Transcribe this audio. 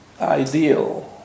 ideal